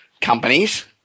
companies